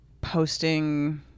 posting